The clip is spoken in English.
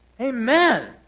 Amen